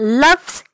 loves